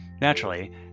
Naturally